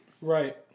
Right